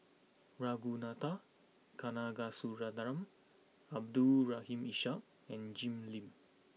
Ragunathar Kanagasuntheram Abdul Rahim Ishak and Jim Lim